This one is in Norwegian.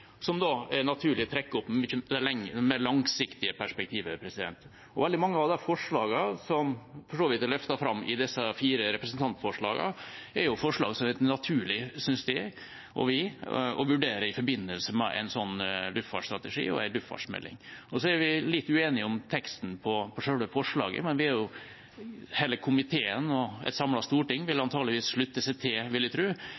er naturlig å trekke opp det mer langsiktige perspektivet. Veldig mange av de forslagene som er løftet fram i disse fire representantforslagene, er forslag det er helt naturlig, synes jeg og vi, å vurdere i forbindelse med en slik luftfartsstrategi, en luftfartsmelding. Så er vi litt uenige om teksten på selve forslaget, men hele komiteen og et samlet storting vil jeg